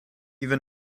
even